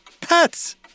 pets